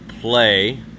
play